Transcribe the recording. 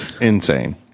Insane